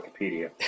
Wikipedia